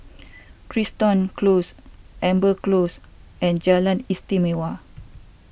Crichton Close Amber Close and Jalan Istimewa